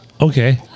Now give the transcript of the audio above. Okay